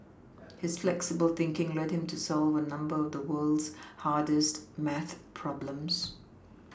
his flexible thinking led him to solve a number of the world's hardest math problems